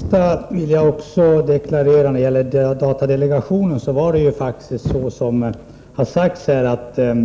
Herr talman! Jag vill instämma i att det faktiskt var så att